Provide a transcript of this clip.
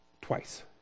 Twice